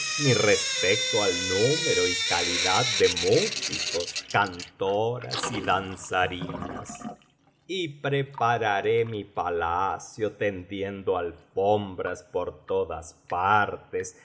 ni respecto al número y calidad de músicos cantoras y danzarinas y prepararé mi biblioteca valenciana generalitat valenciana historia del jokobado palacio tendiendo alfombras por todas partes